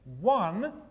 one